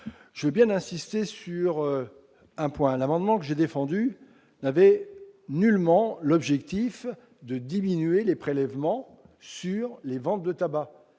Je veux bien insister sur un point : l'amendement que j'ai défendu n'a nullement pour objectif de diminuer les prélèvements sur les ventes de tabac.